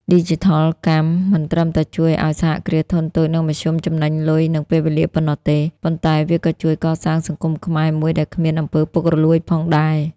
ឌីជីថលកម្មមិនត្រឹមតែជួយឱ្យ សហគ្រាសធុនតូច និងមធ្យម ចំណេញលុយ និងពេលវេលាប៉ុណ្ណោះទេ ប៉ុន្តែវាក៏ជួយកសាងសង្គមខ្មែរមួយដែលគ្មាន អំពើពុករលួយ ផងដែរ។